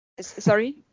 Sorry